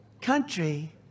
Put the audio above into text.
country